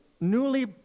newly